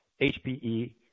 HPE